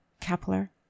Kepler